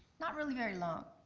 not really very long.